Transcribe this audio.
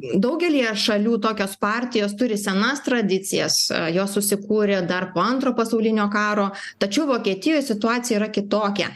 daugelyje šalių tokios partijos turi senas tradicijas jos susikūrė dar po antro pasaulinio karo tačiau vokietijos situacija yra kitokia